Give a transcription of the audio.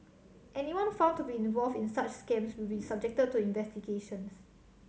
anyone found to be involved in such scams will be subjected to investigations